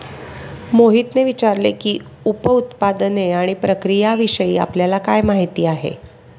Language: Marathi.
मोहितने विचारले की, उप उत्पादने आणि प्रक्रियाविषयी आपल्याला काय माहिती आहे?